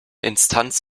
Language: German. instanz